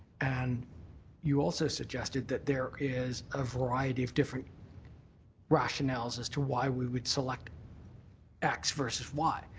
and you also suggested that there is a variety of different rationals as to why we would select x versus y.